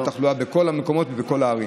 ולא תהיה עלייה בתחלואה בכל המקומות ובכל הערים.